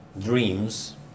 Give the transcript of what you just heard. dreams